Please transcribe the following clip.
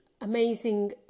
amazing